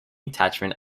attachment